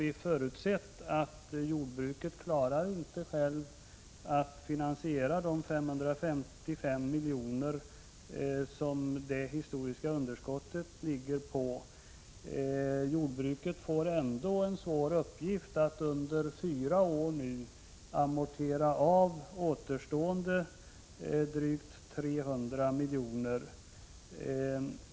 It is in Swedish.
Vi har förutsett att jordbruket självt inte klarar att finansiera de 555 milj.kr. som det historiska underskottet ligger på. Jordbruket får ändå en svår uppgift att under fyra år amortera av återstående drygt 300 milj.kr.